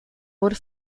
wurde